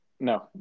No